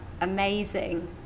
amazing